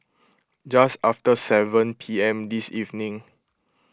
just after seven P M this evening